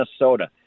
Minnesota